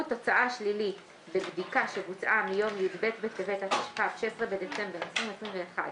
תוצאה שלילית בבדיקה שבוצעה מיום י"ב בטבת התשפ"ב (16 בדצמבר 2021)